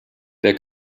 der